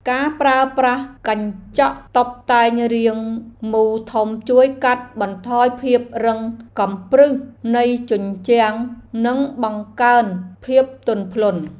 ការប្រើប្រាស់កញ្ចក់តុបតែងរាងមូលធំជួយកាត់បន្ថយភាពរឹងកំព្រឹសនៃជញ្ជាំងនិងបង្កើនភាពទន់ភ្លន់។